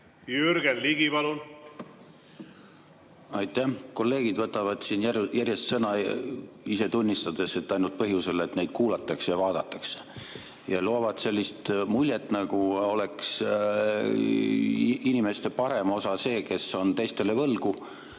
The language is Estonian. Jürgen Ligi, palun! Aitäh! Kolleegid võtavad siin järjest sõna, ise tunnistades, et ainult põhjusel, et neid kuulatakse ja vaadatakse. Nad loovad muljet, nagu oleks inimeste parem osa see, kes on teistele võlgu